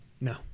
No